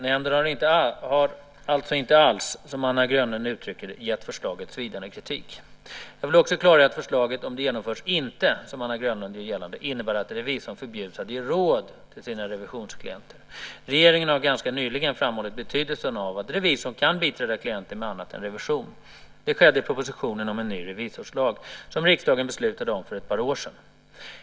Nämnden har alltså inte alls, som Anna Grönlund uttrycker det, gett förslaget svidande kritik. Jag vill också klargöra att förslaget om det genomförs inte , som Anna Grönlund gör gällande, innebär att revisorn förbjuds att ge råd till sina revisionsklienter. Regeringen har ganska nyligen framhållit betydelsen av att revisorn kan biträda klienten med annat än revision. Det skedde i propositionen om en ny revisorslag, som riksdagen beslutade om för ett par år sedan.